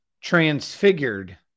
transfigured